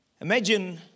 Imagine